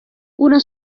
una